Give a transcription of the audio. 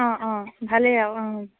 অঁ অঁ ভালেই আৰু অঁ